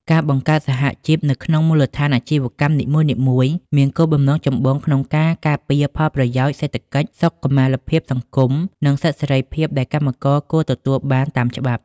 ការបង្កើតសហជីពនៅក្នុងមូលដ្ឋានអាជីវកម្មនីមួយៗ មានគោលបំណងចម្បងក្នុងការការពារផលប្រយោជន៍សេដ្ឋកិច្ច សុខុមាលភាពសង្គម និងសិទ្ធិសេរីភាពដែលកម្មករគួរទទួលបានតាមច្បាប់។